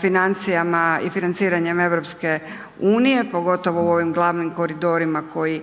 financijama i financiranjem EU, pogotovo u ovim glavnim koridorima koji